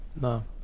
No